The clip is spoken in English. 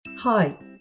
Hi